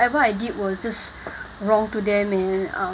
whatever I did was just wrong to them and uh